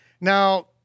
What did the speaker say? Now